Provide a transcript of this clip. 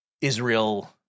Israel